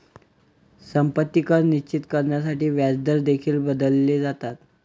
संपत्ती कर निश्चित करण्यासाठी व्याजदर देखील बदलले जातात